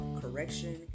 correction